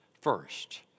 first